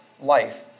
life